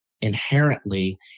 inherently